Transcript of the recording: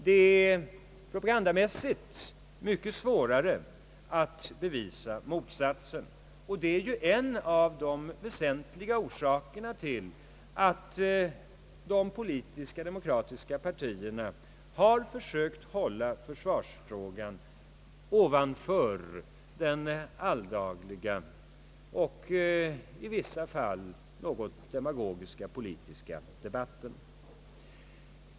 Det är propagandamässigt mycket svårare att bevisa motsatsen. Och det är ju en av de väsentliga orsakerna till att de politiska demokratiska partierna har försökt att hålla försvarsfrågan ovanför den alldagliga och i vissa fall något demagogiska politiska debatten.